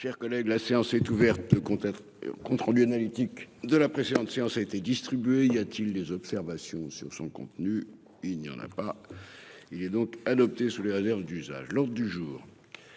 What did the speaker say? Chers collègues, la séance est ouverte. Compte rendu analytique de la précédente séance a été distribué, y a-t-il des observations sur son contenu. Il n'y en a pas. Il est donc adopté sous les réserves d'usage lors du jour.